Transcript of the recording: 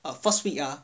err first week ah